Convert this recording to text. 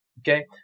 Okay